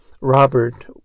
Robert